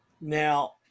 Now